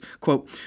quote